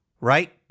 right